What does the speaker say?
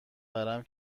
ورم